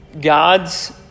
God's